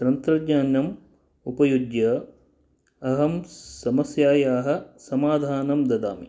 तन्त्रज्ञानम् उपयुज्य अहं समस्यायाः समाधानं ददामि